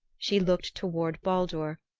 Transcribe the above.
she looked toward baldur,